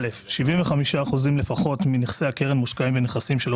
(א) 75 אחוזים לפחות מנכסי הקרן מושקעים בנכסים שלא